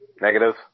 negative